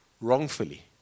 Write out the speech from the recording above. wrongfully